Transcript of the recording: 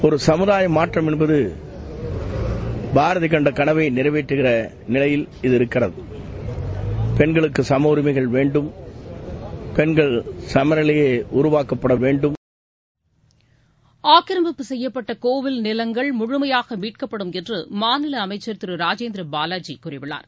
ஒரு கமுதாய மாற்றம் என்பது பாரதி கண்ட கனவை நிறைவேற்றம் வகையில் இது இருக்கிறது பெண்களுக்கு சமஉரிமைகள் வேண்டும் பெண்கள் சமநிலையை உருவாக்கப்பட வேண்டும் ஆக்கிரமிப்பு செய்யப்பட்ட கோவில் நிலங்கள் முழுமையாக மீட்கப்படும் என்று மாநில அமைச்சர் திரு ராஜேந்திர பாவாஜி கூறியுள்ளார்